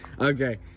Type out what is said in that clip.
Okay